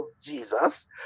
Jesus